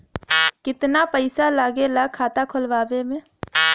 कितना पैसा लागेला खाता खोलवावे में?